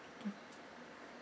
mm